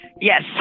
Yes